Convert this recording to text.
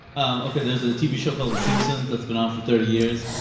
um ok. there's a tv show called the simpsons that's been on for thirty years